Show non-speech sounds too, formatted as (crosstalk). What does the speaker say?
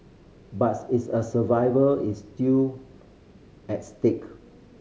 but (unintelligible) its a survival is still at stake